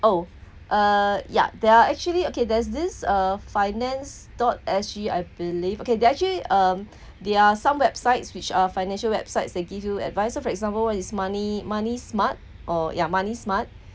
oh uh ya there are actually okay there's this uh finance dot S_G I believe okay there're actually um there are some websites which are financial websites they give you advice for example when his money money smart or yeah money smart